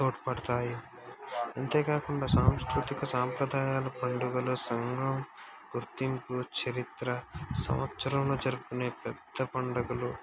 తోడ్పడతాయి అంతేకాకుండా సాంస్కృతిక సాంప్రదాయాలు పండుగలు సంగం గుర్తింపు చరిత్ర సంవత్సరంలో జరుపుకునే పెద్ద పండుగలు